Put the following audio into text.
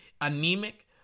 anemic